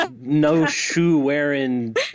no-shoe-wearing